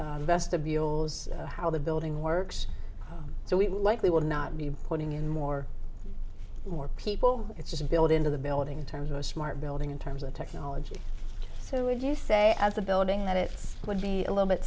house vestibules how the building works so we likely will not be putting in more and more people it's just built into the building in terms of a smart building in terms of technology so would you say as the building that it would be a little bit